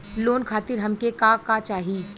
Loan खातीर हमके का का चाही?